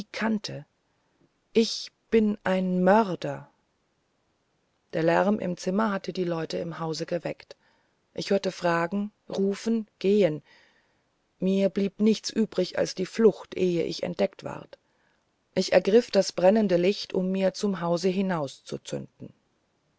kannte ich bin mörder der lärm im zimmer hatte die leute im hause geweckt ich hörte fragen rufen gehen mir blieb nichts übrig als die flucht ehe ich entdeckt ward ich ergriff das brennende licht um mir zum hause hinaus